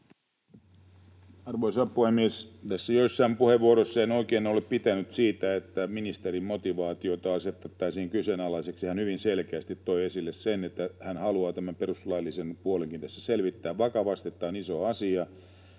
Arvoisa puhemies! Näissä joissain puheenvuoroissa en oikein ole pitänyt siitä, että ministerin motivaatiota asetetaan kyseenalaiseksi. Hän hyvin selkeästi toi esille sen, että hän haluaa tämän perustuslaillisen puolenkin tässä selvittää vakavasti,